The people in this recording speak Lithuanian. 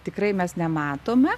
tikrai mes nematome